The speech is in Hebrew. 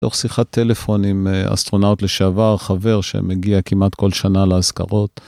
זוכר שיחת טלפון עם אסטרונאוט לשעבר, חבר שמגיע כמעט כל שנה לאזכרות.